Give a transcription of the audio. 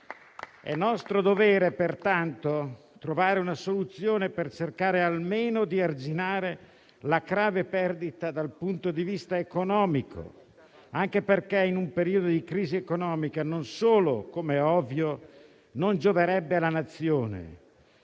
È nostro dovere, pertanto, trovare una soluzione per cercare almeno di arginare la grave perdita dal punto di vista economico, anche perché in un periodo di crisi economica non solo, com'è ovvio, non gioverebbe alla Nazione,